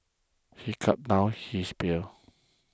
he gulped down his beer